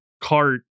cart